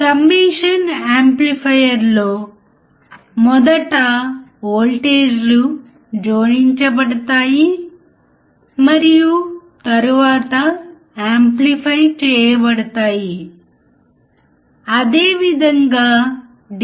non inverting amplifier circuit ఉపయోగించి input మరియు output పరిధిని ఎలా కొలవగలమో త్వరగా చూద్దాం